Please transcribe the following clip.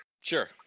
Sure